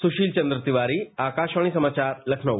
सुशील चन्द्र तिवारी आकाशवाणी समाचार लखनऊ